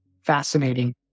fascinating